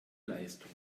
leistung